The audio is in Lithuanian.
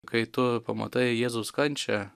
kai tu pamatai jėzaus kančią